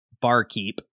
barkeep